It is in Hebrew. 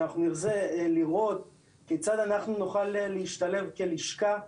לראות כיצד אנחנו נוכל להשתלב כלשכה,